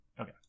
Okay